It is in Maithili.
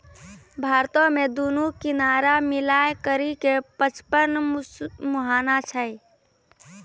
भारतो मे दुनू किनारा मिलाय करि के पचपन मुहाना छै